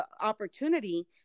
opportunity